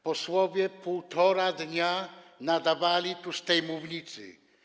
Posłowie półtora dnia nadawali tu, z tej mównicy.